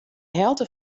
helte